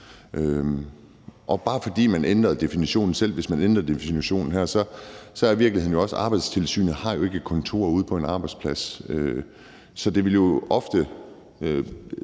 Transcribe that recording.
og bare fordi man ændrede definitionen – selv hvis man ændrede definitionen her – er virkeligheden jo også, at Arbejdstilsynet ikke har et kontor ude på en arbejdsplads. Så det ville jo ofte